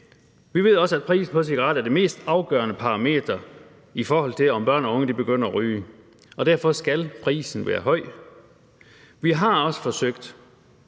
vi ved også, at prisen på cigaretter er den mest afgørende parameter, i forhold til om børn og unge begynder at ryge, og derfor skal prisen være høj. Vi har også forsøgt,